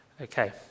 Okay